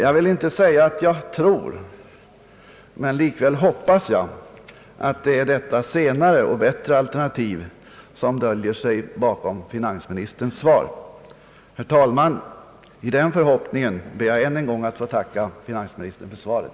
Jag vill inte säga att jag tror — men likväl hoppas jag — att det är detta senare och bättre alternativ som döljer sig bakom = finansministerns svar. Herr talman! I den förhoppningen ber jag än en gång att få tacka finansministern för svaret.